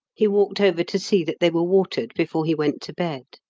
he walked over to see that they were watered before he went to bed.